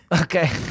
Okay